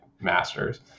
masters